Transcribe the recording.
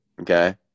okay